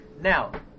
Now